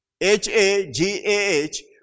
H-A-G-A-H